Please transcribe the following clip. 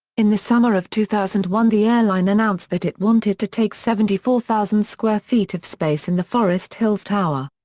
in the summer of two thousand and one the airline announced that it wanted to take seventy four thousand square feet of space in the forest hills tower.